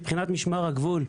מבחינת משמר הגבול,